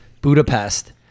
Budapest